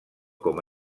com